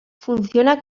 funciona